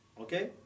okay